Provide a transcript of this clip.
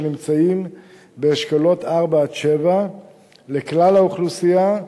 נמצאים באשכולות 4 7 לכלל האוכלוסייה,